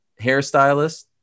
hairstylist